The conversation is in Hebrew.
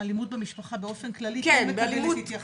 אלימות באופן כללי מקבלת התייחסות.